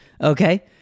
okay